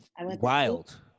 Wild